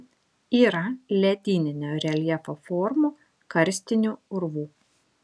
yra ledyninio reljefo formų karstinių urvų